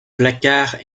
placard